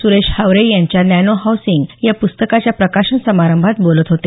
सुरेश हावरे यांच्या nano housing या प्स्तकाच्या प्रकाशन समारंभात बोलत होते